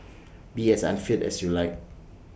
be as unfit as you like